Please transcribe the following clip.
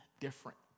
different